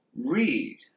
read